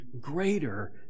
greater